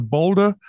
Boulder